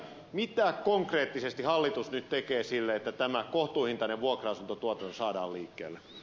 mitä konkreettisesti hallitus nyt tekee sille että tämä kohtuuhintainen vuokra asuntotuotanto saadaan liikkeelle